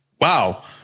wow